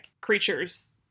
creatures